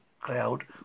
Cloud